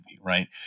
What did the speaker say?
right